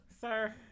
sir